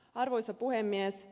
arvoisa puhemies